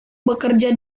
bekerja